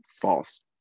false